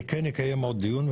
אני כן אקיים עוד דיון,